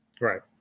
Right